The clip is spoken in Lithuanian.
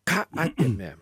ką atėmė